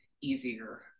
easier